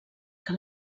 que